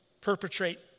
perpetrate